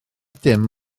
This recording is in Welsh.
dim